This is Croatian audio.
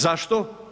Zašto?